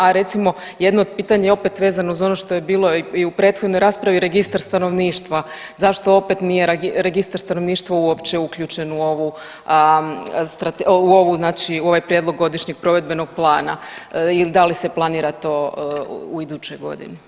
A recimo jedno od pitanja je opet vezano uz ono što je bilo i u prethodnoj raspravi registar stanovništva, zašto opet nije registar stanovništva uopće uključen u ovaj Prijedlog godišnjeg provedbenog plana da li se planira to u idućoj godini?